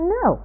no